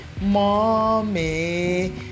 Mommy